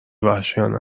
وحشیانه